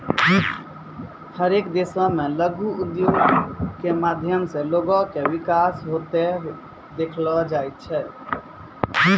हरेक देशो मे लघु उद्योगो के माध्यम से लोगो के विकास होते देखलो जाय छै